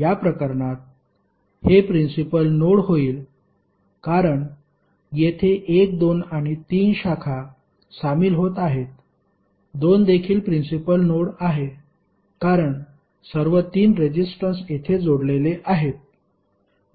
या प्रकरणात हे प्रिन्सिपल नोड होईल कारण येथे 1 2 आणि 3 शाखा सामील होत आहेत 2 देखील प्रिन्सिपल नोड आहे कारण सर्व तीन रेजिस्टन्स येथे जोडलेले आहेत